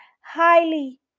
highly